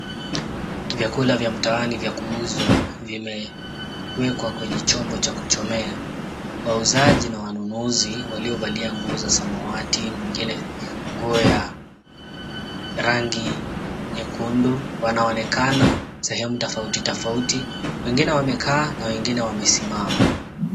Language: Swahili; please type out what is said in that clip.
Vyakula vya mtaani vya kuuzwa vimewekwa kwenye chombo cha kuchomea. Wauzaji na wanunuzi waliovalia nguo za samawati, mwengine nguo ya rangi nyekundu wanaonekana sehemu tofauti tofauti. Wengine wamekaa na wengine wamesimama.